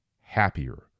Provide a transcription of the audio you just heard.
happier